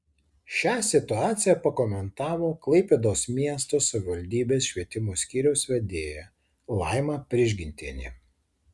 šią situaciją pakomentavo klaipėdos miesto savivaldybės švietimo skyriaus vedėja laima prižgintienė